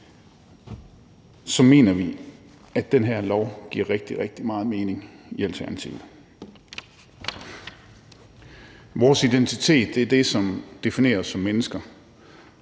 Alternativet, at den her lov giver rigtig, rigtig meget mening. Vores identitet er det, som definerer os som mennesker,